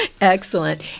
excellent